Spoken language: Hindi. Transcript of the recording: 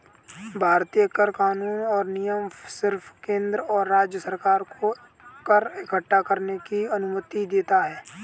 भारतीय कर कानून और नियम सिर्फ केंद्र और राज्य सरकार को कर इक्कठा करने की अनुमति देता है